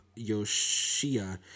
Yoshia